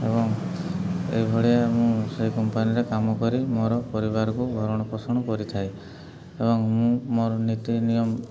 ଏବଂ ଏଇଭଳିଆ ମୁଁ ସେଇ କମ୍ପାନୀରେ କାମ କରି ମୋର ପରିବାରକୁ ଭରଣ ପୋଷଣ କରିଥାଏ ଏବଂ ମୁଁ ମୋର ନୀତି ନିୟମ